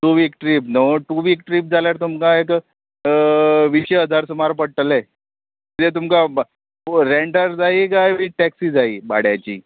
two week trip न्हू two week trip जाल्यार तुमकां एक विशे हजार सुमार पडटले किदें तुमकां रेंटर जायी काय वीथ टॅक्सी जायी भाड्याची